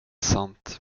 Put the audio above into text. sant